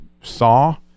saw